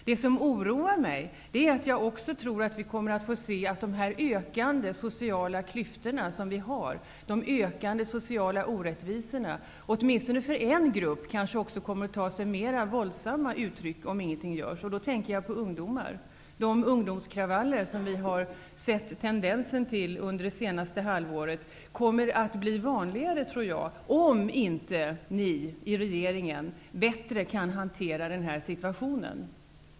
Något som oroar mig är att jag tror att om ingenting görs, kan de ökande sociala klyftorna och sociala orättvisorna komma att ta sig mera våldsamma uttryck för åtminstone en grupp, nämligen ungdomarna. De ungdomskravaller som vi har sett tendenser till under det senaste halvåret tror jag kommer att bli vanligare om inte ni i regeringen bättre kan hantera denna situation.